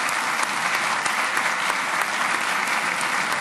(מחיאות כפיים)